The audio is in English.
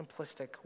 simplistic